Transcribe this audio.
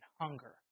hunger